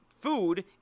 food